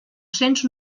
cents